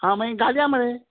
आं मागीर घालीया मरे